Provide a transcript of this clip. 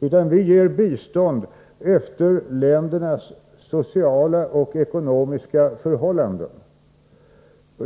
utan vi ger bistånd med utgångspunkt i ländernas sociala och ekonomiska förhållanden.